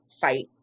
fight